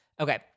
Okay